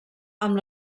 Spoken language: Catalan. amb